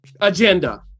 agenda